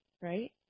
right